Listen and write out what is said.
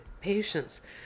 patients